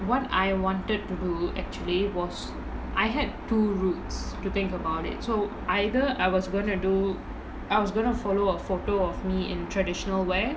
what I wanted to do actually was I had two routes to think about it so either I was gonna do I was going to follow a photo of me in traditional wear